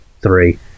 three